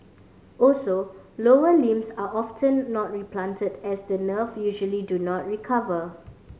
also lower limbs are often not replanted as the nerve usually do not recover